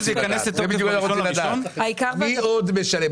מי עוד משלם?